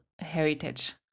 heritage